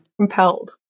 compelled